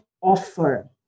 offer